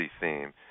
theme